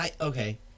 Okay